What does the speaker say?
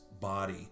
body